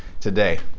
today